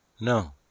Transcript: No